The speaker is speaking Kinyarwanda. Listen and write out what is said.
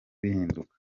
bihinduka